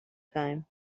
time